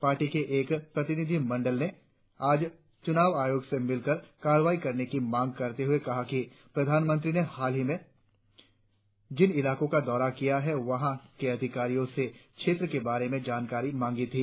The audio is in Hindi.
पार्टी के एक प्रतिनिधि मंडल ने आज च्रनाव आयोग से मिलकर कार्रवाई करने की मांग करते हुए कहा कि प्रधानमंत्री ने हाल ही के दिनों में जिन इलाकों का दौरा किया है वहाँ के अधिकारियों से क्षेत्र विशेष के बारे में जानकारियां मांगी थी